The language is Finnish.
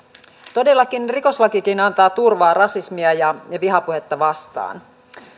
todellakin rikoslakikin antaa turvaa rasismia ja vihapuhetta vastaan